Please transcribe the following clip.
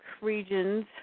regions